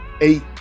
eight